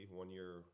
one-year